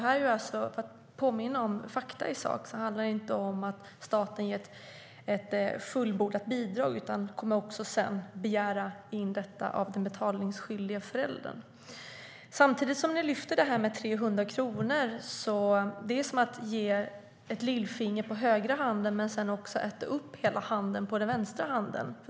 För att påminna om fakta i sak handlar det alltså inte om att staten ger ett rent bidrag, utan staten kommer sedan att begära in pengar av den betalningsskyldige föräldern. Ni lyfter fram det här med 300 kronor. Det är som att ge ett lillfinger på högra handen men sedan äta upp hela vänsterhanden.